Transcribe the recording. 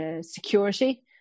security